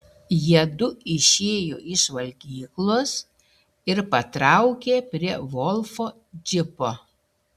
jiedu išėjo iš valgyklos ir patraukė prie volfo džipo